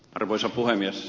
arvoisa puhemies